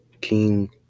King